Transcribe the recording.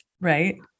right